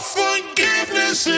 forgiveness